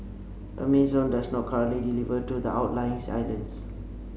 Amazon does not currently deliver to the outlying islands